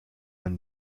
man